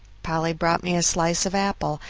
polly brought me a slice of apple,